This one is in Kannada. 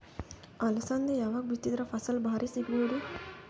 ಅಲಸಂದಿ ಯಾವಾಗ ಬಿತ್ತಿದರ ಫಸಲ ಭಾರಿ ಸಿಗಭೂದು?